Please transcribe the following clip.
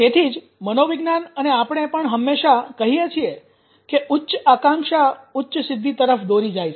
તેથી જ મનોવિજ્ઞાન અને આપણે પણ હંમેશાં કહીએ છીએ કે ઉચ્ચ આકાંક્ષા ઉચ્ચ સિદ્ધિ તરફ દોરી જાય છે